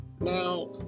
Now